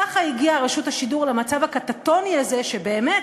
ככה הגיעה רשות השידור למצב הקטטוני הזה, שבאמת,